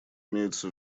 имеются